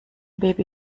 baby